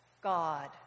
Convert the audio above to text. God